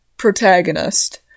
Protagonist